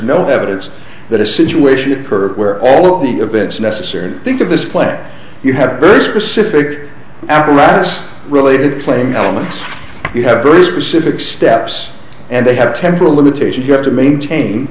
no evidence that a situation occurred where all of the events necessary think of this play you have a very specific apparatus related playing elements you have very specific steps and they have temporal limitations you have to maintain